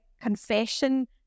confession